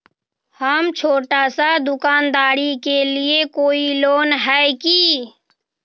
हम छोटा सा दुकानदारी के लिए कोई लोन है कि?